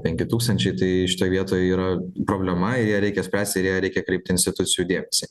penki tūkstančiai tai šitoj vietoj yra problema ją reikia spręsti ir į ją reikia kreipti institucijų dėmesį